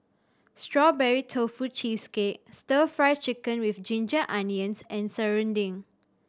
Strawberry Tofu Cheesecake Stir Fry Chicken with ginger onions and serunding